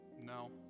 No